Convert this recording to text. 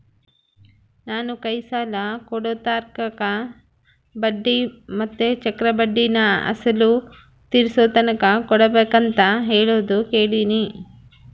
ನಾನು ಕೈ ಸಾಲ ಕೊಡೋರ್ತಾಕ ಬಡ್ಡಿ ಮತ್ತೆ ಚಕ್ರಬಡ್ಡಿನ ಅಸಲು ತೀರಿಸೋತಕನ ಕೊಡಬಕಂತ ಹೇಳೋದು ಕೇಳಿನಿ